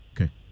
Okay